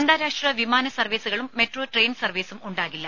അന്താരാഷ്ട്ര വിമാന സർവീസുകളും മെട്രോ ട്രെയിൻ സർവീസും ഉണ്ടാകില്ല